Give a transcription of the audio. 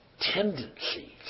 tendencies